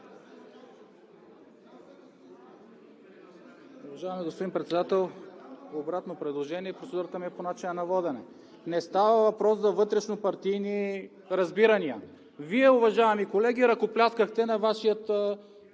Вие, уважаеми колеги, ръкопляскахте на Вашия